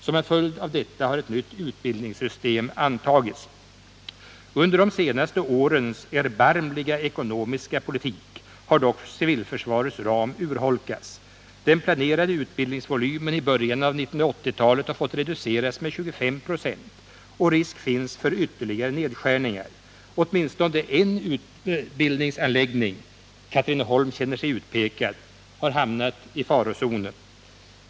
Som en följd av detta har ett nytt utbildningssystem antagits. Under de senaste årens erbarmliga ekonomiska politik har dock civilförsvarets ram urholkats. Den planerade utbildningsvolymen i början av 1980 talet har fått reduceras med 25 96, och risk finns för ytterligare nedskärningar. Åtminstone en utbildningsanläggning — Katrineholm känner sig utpekad — hamnar i farozonen.